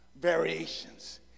variations